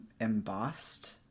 embossed